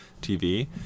TV